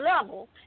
level